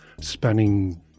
spanning